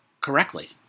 correctly